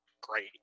great